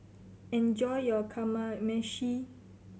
enjoy your Kamameshi